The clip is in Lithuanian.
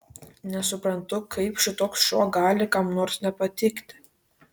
nesuprantu kaip šitoks šou gali kam nors nepatikti